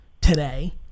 today